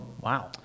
Wow